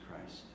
Christ